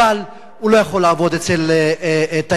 אבל הוא לא יכול לעבוד אצל טייקונים,